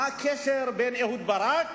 מה הקשר בין אהוד ברק